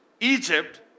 Egypt